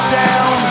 down